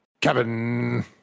kevin